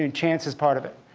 and chance is part of it.